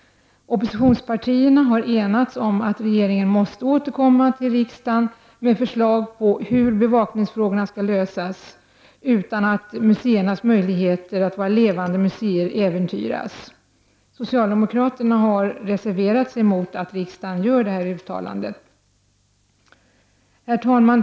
Oppositionspartierna har enats om att regeringen måste återkomma till riksdagen med förslag på hur bevakningsfrågorna skall lösas utan att museernas möjligheter att vara levande museer äventyras. Socialdemokraterna har reserverat sig mot att riksdagen gör detta uttalande. Herr talman!